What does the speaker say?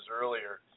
earlier